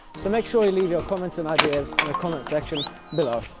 so make sure you leave your comments and ideas in the comment-section below!